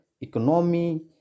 economy